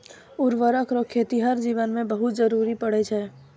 उर्वरक रो खेतीहर जीवन मे बहुत जरुरी पड़ै छै